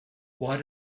why